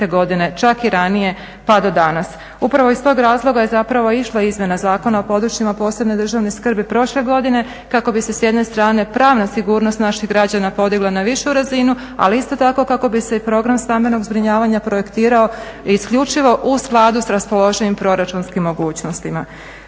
Godine, čak i ranije pa do danas. Upravo iz tog razloga je zapravo išla izmjena Zakona o područjima posebne državne skrbi prošle godine kako bi se s jedne strane pravna sigurnost naših građana podigla na višu razinu, ali isto tako kako bi se i program stambenog zbrinjavanja projektirao isključivo u skladu sa raspoloživim proračunskim mogućnostima.